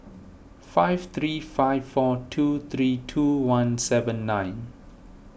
five three five four two three two one seven nine